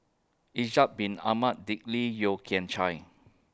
Ishak Bin Ahmad Dick Lee Yeo Kian Chai